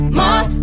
more